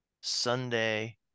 Sunday